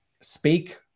speak